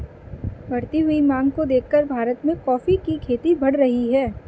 बढ़ती हुई मांग को देखकर भारत में कॉफी की खेती बढ़ रही है